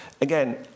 again